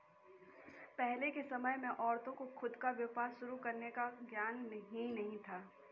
पहले के समय में औरतों को खुद का व्यापार शुरू करने का ज्ञान ही नहीं था